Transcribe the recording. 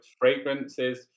fragrances